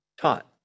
taught